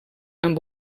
amb